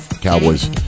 Cowboys